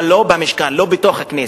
אבל לא במשכן, לא בתוך הכנסת.